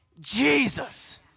Jesus